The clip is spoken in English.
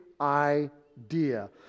idea